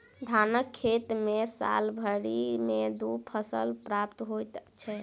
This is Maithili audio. धानक खेत मे साल भरि मे दू फसल प्राप्त होइत छै